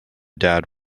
dad